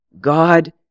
God